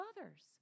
others